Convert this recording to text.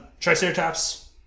Triceratops